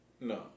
No